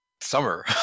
summer